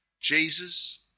Jesus